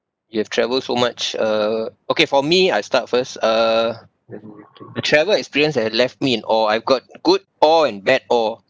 you've travelled so much uh okay for me I start first uh the travel experience that left me in awe I've got good awe and bad awe